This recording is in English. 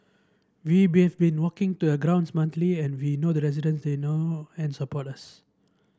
we been have been walking to a ground monthly and we know the resident they know and support us